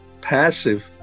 passive